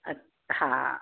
अछ हा